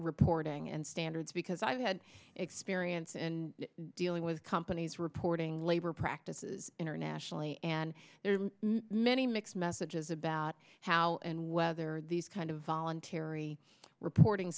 reporting and standards because i've had experience in dealing with companies reporting labor practices internationally and there are many mixed messages about how and whether these kind of voluntary reporting